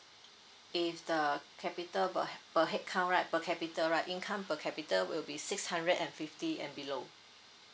if the capita per head per head count right per capita right income per capita will be six hundred and fifty and below